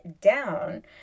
down